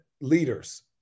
leaders